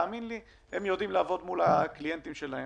הם יודעים לעבוד מול הקליינטים שלהם,